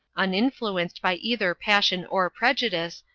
uninfluenced by either passion or prejudice,